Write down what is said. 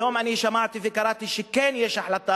היום אני שמעתי וקראתי שכן יש החלטה,